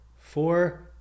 four